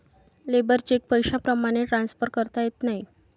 labour cheque पैशाप्रमाणे transfer करता येत नाही